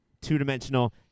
two-dimensional